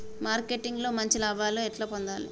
Marketing లో మంచి లాభాల్ని ఎట్లా పొందాలి?